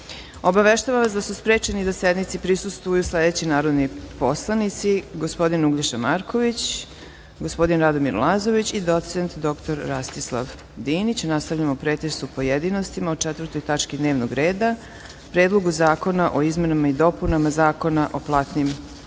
skupštine. Obaveštavam vas da su sprečeni da sednici prisustvuju sledeći narodni poslanici: gospodin Uglješa Marković, gospodin Radomir Lazović i doc. dr Rastislav Dinić. Nastavljamo pretres u pojedinostima o četvrtoj tački dnevnog reda - Predlogu zakona o izmenama i dopunama Zakona o platnim uslugama. Na